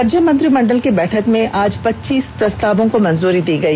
राज्य मंत्रिमंडल की बैठक में आज पच्चीस प्रस्तावों की मंजूरी दी गई